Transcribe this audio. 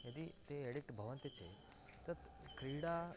यदि ते एडिक्ट् भवन्ति चेत् तत् क्रीडा